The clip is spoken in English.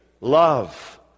love